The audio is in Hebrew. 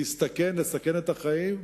להסתכן ולסכן את החיים,